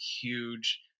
huge